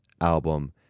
album